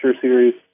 Series